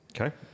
Okay